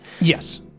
Yes